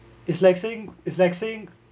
it's like saying it's like saying